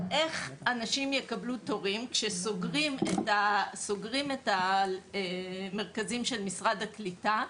איך אנשים יקבלו תורים כשסוגרים את המרכזים של משרד הקליטה,